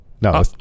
No